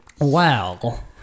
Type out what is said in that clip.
Wow